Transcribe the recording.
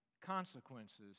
consequences